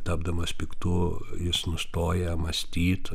tapdamas piktu jis nustoja mąstyt